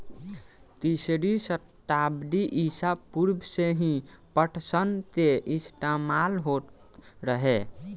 तीसरी सताब्दी ईसा पूर्व से ही पटसन के इस्तेमाल होत रहे